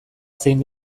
zein